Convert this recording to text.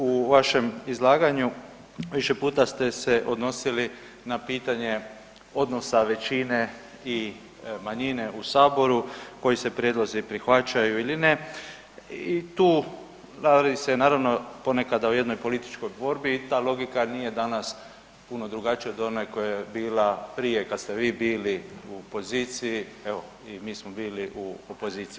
U vašem izlaganju više puta ste se odnosili na pitanje odnosa većine i manjine u Saboru, koji se prijedlozi prihvaćaju ili ne i tu radi se naravno ponekada o jednoj političkoj borbi i ta logika nije danas puno drugačija od one koja je bila prije kad ste vi bili u poziciji, evo i mi smo bili u opoziciji.